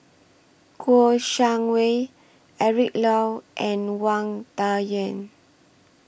Kouo Shang Wei Eric Low and Wang Dayuan